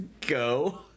go